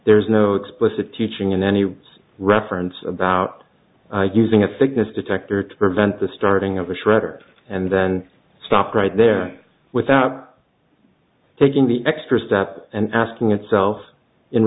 there is no explicit teaching in any reference about using a thickness detector to prevent the starting of a shredder and then stop right there without taking the extra step and asking itself in